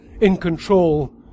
in-control